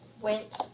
went